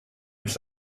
its